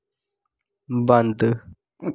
बंद